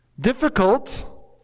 Difficult